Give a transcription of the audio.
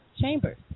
Chambers